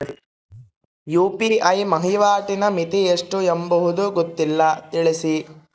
UPI ವಹಿವಾಟಿನ ಮಿತಿ ಎಷ್ಟು ಎಂಬುದು ಗೊತ್ತಿಲ್ಲ? ತಿಳಿಸಿ?